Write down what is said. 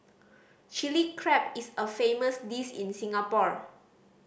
Chilli Crab is a famous dish in Singapore